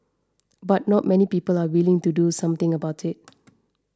but not many people are willing to do something about it